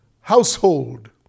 household